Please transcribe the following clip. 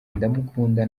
ndamukunda